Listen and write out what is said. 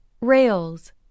Rails